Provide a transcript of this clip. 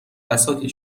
بساطی